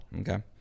Okay